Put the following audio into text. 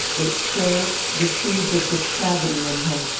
it cherished the seeds of depravity in him,